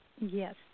Yes